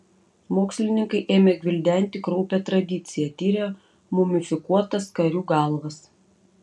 mokslininkai ėmė gvildenti kraupią tradiciją tiria mumifikuotas karių galvas